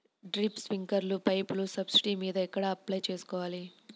Drip, స్ప్రింకర్లు పైపులు subsidy మీద ఎక్కడ అప్లై చేసుకోవాలి?